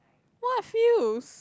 what fuels